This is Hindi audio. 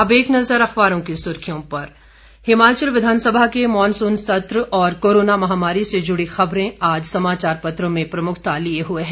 अब एक नज़र अखबारों की सुर्खियों पर हिमाचल विधानसभा के मानसुन सत्र और कोरोना महामारी से जुड़ी खबरें आज समाचार पत्रों में प्रमुखता लिए हुए है